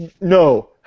No